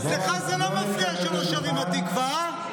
אצלך זה לא מפריע שלא שרים "התקווה", אה?